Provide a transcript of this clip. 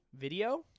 Video